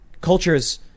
cultures